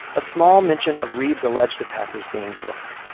a small mention of reeb's alleged attackers being booked.